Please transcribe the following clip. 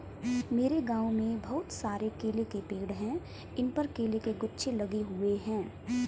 मेरे गांव में बहुत सारे केले के पेड़ हैं इन पर केले के गुच्छे लगे हुए हैं